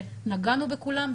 שנגענו בכולם,